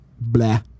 blah